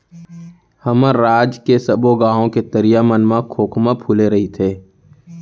हमर राज के सबो गॉंव के तरिया मन म खोखमा फूले रइथे